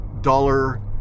dollar